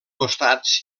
costats